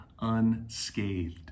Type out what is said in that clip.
unscathed